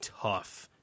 tough